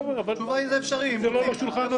התשובה היא שזה אפשרי אם רוצים.